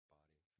body